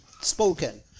spoken